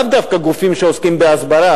לאו דווקא גופים שעוסקים בהסברה,